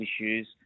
issues